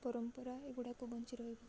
ପରମ୍ପରା ଗୁଡ଼ାକ ବଞ୍ଚି ରହିବ